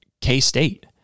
K-State